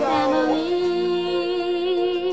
Family